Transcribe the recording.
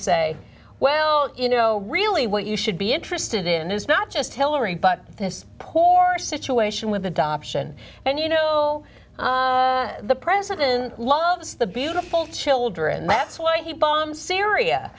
say well you know why really what you should be interested in is not just hillary but this poor situation with adoption and you know the president loves the beautiful children and that's why he bomb syria